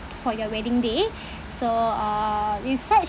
for your wedding day so uh it's such